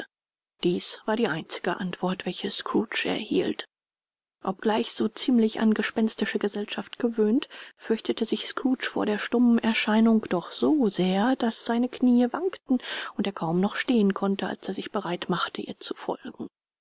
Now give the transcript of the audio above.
dies war die einzige antwort welche scrooge erhielt obgleich so ziemlich an gespenstische gesellschaft gewöhnt fürchtete sich scrooge vor der stummen erscheinung doch so sehr daß seine kniee wankten und er kaum noch stehen konnte als er sich bereit machte ihr zu folgen